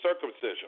circumcision